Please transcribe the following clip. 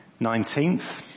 19th